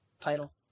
title